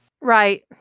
Right